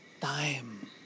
time